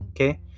okay